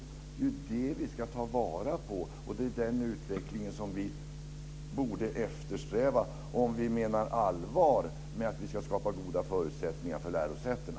Det är det vi ska ta vara på, och det är den utvecklingen som vi borde eftersträva om vi menar allvar med att vi ska skapa goda förutsättningar för lärosätena.